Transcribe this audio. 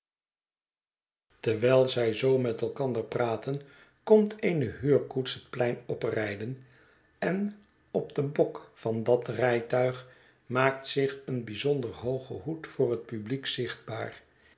terwijl zij zoo met elkander praten komt eene huurkoets het plein oprijden en op den bok van dat rijtuig maakt zich een bijzonder hooge hoed voor het publiek zichtbaar